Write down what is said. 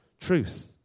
truth